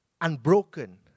unbroken